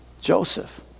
Joseph